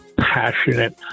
passionate